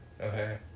Okay